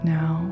now